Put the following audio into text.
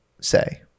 say